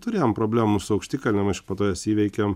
turėjom problemų su aukštikalnėm aišku po to jas įveikėm